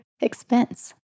expense